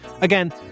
Again